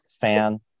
fan